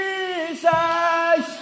Jesus